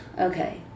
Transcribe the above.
okay